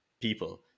people